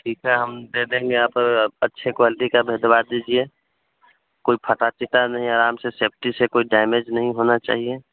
ठीक है हम दे देंगे आप अच्छे क्वालिटी का भिजवा दीजिए कोई फटा चिटा नहीं आराम से सेफ़्टी से कोई डैमेज नहीं होना चाहिए